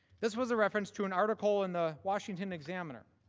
this was a reference to an article in the washington examiner.